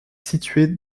située